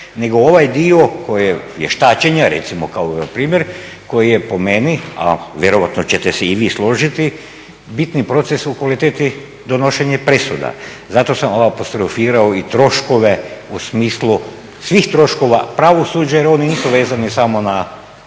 nego ovaj dio vještačenja recimo kao primjer koji je po meni, a vjerojatno ćete se i vi složiti bitni proces u kvaliteti donošenja presuda. Zato sam ovo apostrofirao i troškove u smislu svih troškova pravosuđa jer oni nisu vezani samo na